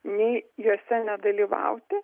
nei jose nedalyvauti